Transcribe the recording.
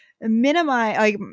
minimize